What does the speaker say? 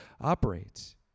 operates